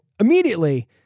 immediately